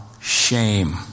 shame